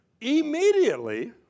immediately